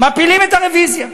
מפילים את הרוויזיה.